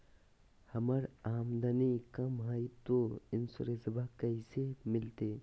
हमर आमदनी कम हय, तो इंसोरेंसबा कैसे मिलते?